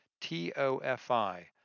T-O-F-I